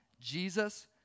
Jesus